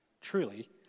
Truly